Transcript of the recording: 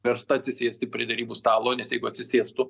versta atsisėsti prie derybų stalo nes jeigu atsisėstų